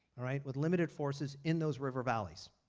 all right? with limited forces in those river valleys.